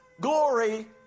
glory